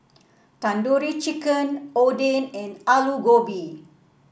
Tandoori Chicken Oden and Alu Gobi